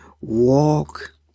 Walk